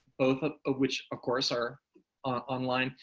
both of ah which, of course, are online.